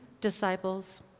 disciples